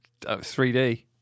3D